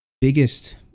biggest